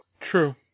True